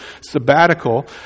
sabbatical